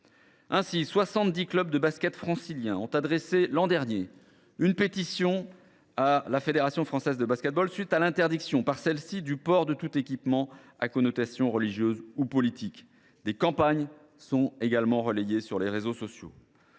franciliens de basket ont adressé l’an dernier une pétition à la Fédération française de basketball à la suite de l’interdiction, par celle ci, du « port de tout équipement à connotation religieuse ou politique ». Des campagnes sont également relayées sur les réseaux sociaux.